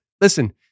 listen